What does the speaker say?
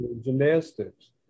gymnastics